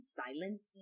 silence